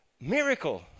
miracle